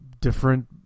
different